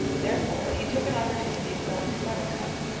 therefore he took an opportunity of going to buttercup,